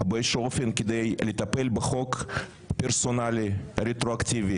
באיזשהו אופן כדי לטפל בחוק פרסונלי רטרואקטיבי.